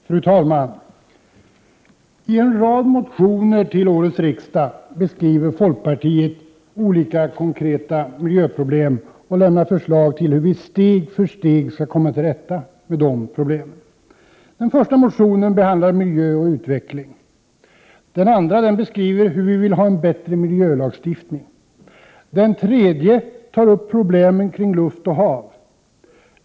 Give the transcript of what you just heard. Fru talman! I en rad motioner till årets riksdag beskriver folkpartiet olika konkreta miljöproblem och lämnar förslag till hur vi steg för steg skall komma till rätta med de problemen. Den första motionen behandlar miljö och utveckling. Den andra beskriver hur vi vill förbättra miljölagstiftningen. Den tredje gäller problemen kring luft och hav.